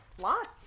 Lots